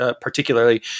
Particularly